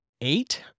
eight